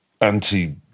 anti